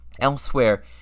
Elsewhere